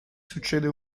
succede